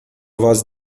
voz